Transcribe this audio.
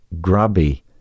grubby